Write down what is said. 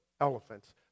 elephants